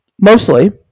mostly